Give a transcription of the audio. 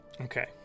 Okay